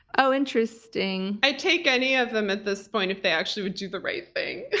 oh interesting. i'd take any of them at this point if they actually would do the right thing.